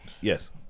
Yes